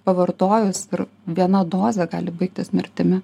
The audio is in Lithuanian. pavartojus ir viena dozė gali baigtis mirtimi